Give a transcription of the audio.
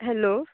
hello